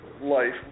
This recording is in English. life